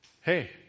hey